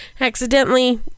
accidentally